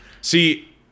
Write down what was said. See